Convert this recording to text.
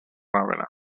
ravenna